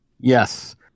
Yes